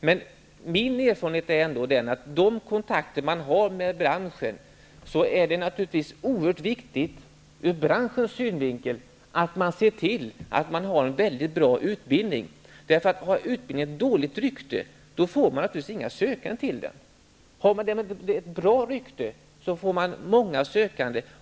Min erfarenhet från kontakter med branschen är att det ur branschens synvinkel är oerhört viktigt att man ser till att ha en mycket bra utbildning. Om utbildningen har dåligt rykte får man naturligtvis inga sökande till den. Har utbildningen ett bra rykte får man många sökande.